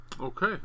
Okay